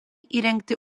įrengti